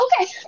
Okay